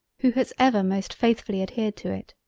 who has ever most faithfully adhered to it.